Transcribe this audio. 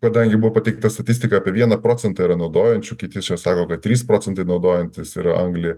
kadangi buvo pateikta statistika apie vieną procentą yra naudojančių kiti sako kad trys procentai naudojantys yra anglį